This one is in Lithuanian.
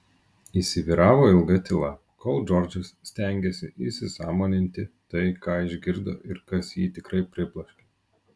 įsivyravo ilga tyla kol džordžas stengėsi įsisąmoninti tai ką išgirdo ir kas jį tikrai pribloškė